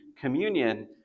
communion